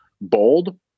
bold